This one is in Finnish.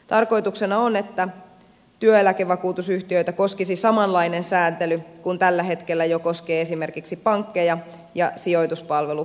tarkoituksena on että työeläkevakuutusyhtiöitä koskisi samanlainen sääntely kuin tällä hetkellä jo koskee esimerkiksi pankkeja ja sijoituspalveluyrityksiä